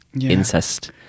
incest